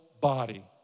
body